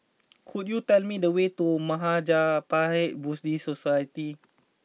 could you tell me the way to Mahaprajna Buddhist Society